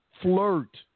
flirt